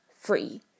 free